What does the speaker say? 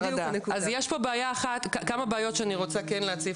אז יש פה כמה בעיות שאני רוצה כן להציף,